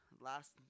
last